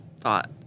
thought